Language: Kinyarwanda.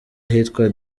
ahitwa